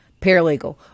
Paralegal